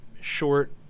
short